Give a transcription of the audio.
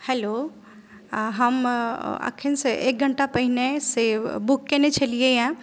hello हम अखनसँ एक घण्टा पहिनेसँ बुक कयने छलियैए